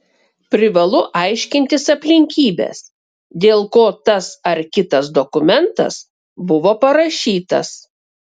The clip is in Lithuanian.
privalu aiškintis aplinkybes dėl ko tas ar kitas dokumentas buvo parašytas